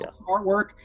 Artwork